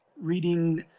reading